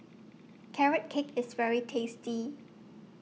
Carrot Cake IS very tasty